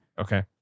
Okay